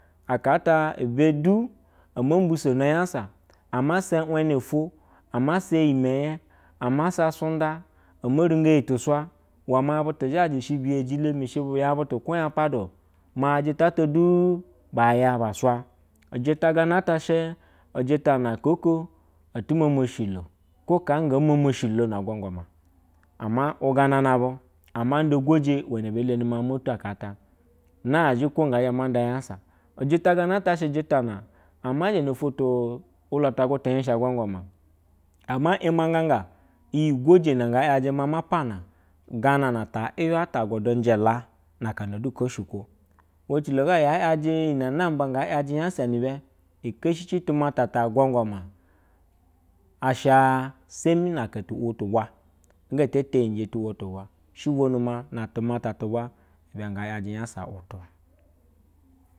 Aka ta ibe du omo mbisono nyasa masa iwene fmo amasa yi meye umusa surudu omo nuga yi tuswa uwana butu zhaji she biyelomi she buyan butu leoyan du, ma jita du baya baswa ujita gana ta she jita na aka olo atu mome shilo no kaa go momo shilo agwagwama ama uganana bu ana nda guje uwene beleni ma moto akata na zhe ko nge zhe manda nyasa uyita genata shɛ jita na, ama zha nota tuwulata gunutu hiesha agwagwama, ama mangaga iyi goje nga yajima magana ganata yiina ata a gudu jɛ la na akana du hoshi, ko uwan ecilo nga ya yajɛ yaye iyine namba ngaje yasa no be ikeshicituma ta agwagwama asha sem na alea tu wo tu she bonu ma na tumata tu uwaibe yaje huyasa ulutu